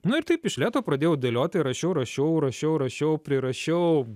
nu ir taip iš lėto pradėjau dėlioti rašiau rašiau rašiau rašiau prirašiau